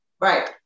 Right